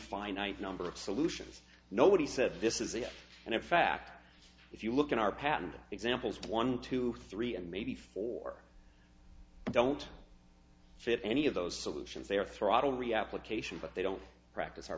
finite number of solutions nobody said this is it and in fact if you look at our patent examples one two three and maybe four don't fit any of those solutions they are throttle reallocation but they don't practice our